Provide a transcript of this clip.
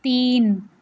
تین